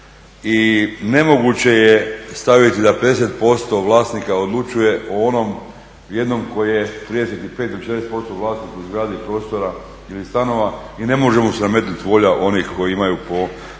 i nemoguće je staviti da 50% vlasnika odlučuje o onom jednom koji je 35-40% vlasnik u zgradi prostora ili stanova i ne može mu se nametnuti volja onih koji imaju po, njih